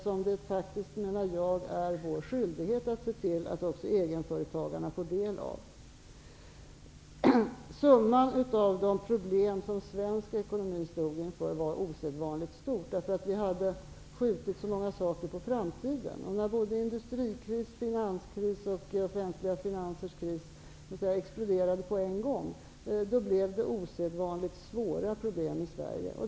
Jag menar att det är vår skyldighet att se till att också egenföretagare får del av den. Summan av antalet problem som svensk ekonomi stod inför var osedvanligt hög. Det var så många saker som hade skjutits på framtiden. När både industrikrisen och krisen bland de offentliga finanserna exploderade på en gång uppstod osedvanligt svåra problem i Sverige.